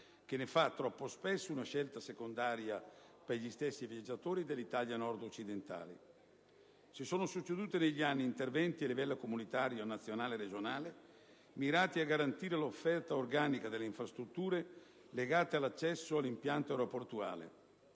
che ne fa troppo spesso una scelta secondaria per gli stessi viaggiatori dell'Italia nord-occidentale. Si sono succeduti negli anni interventi a livello comunitario, nazionale e regionale mirati a garantire l'offerta organica delle infrastrutture legate all'accesso all'impianto aeroportuale.